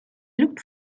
looked